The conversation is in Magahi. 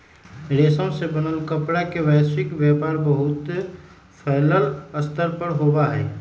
रेशम से बनल कपड़ा के वैश्विक व्यापार बहुत फैल्ल स्तर पर होबा हई